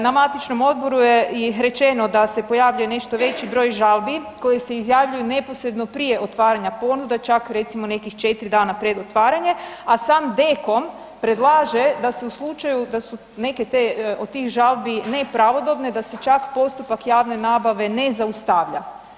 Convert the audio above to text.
Na matičnom odboru je i rečeno da se pojavljuje nešto veći broj žalbi koji se izjavljuju neposredno prije otvaranja ponude, čak recimo nekih 4 dana pred otvaranje, a sam DKOM predlaže da se u slučaju da su neke te, od tih žalbi nepravodobne, da se čak postupak javne nabave ne zaustavlja.